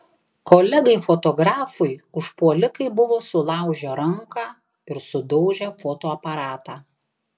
kolegai fotografui užpuolikai buvo sulaužę ranką ir sudaužę fotoaparatą